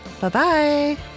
Bye-bye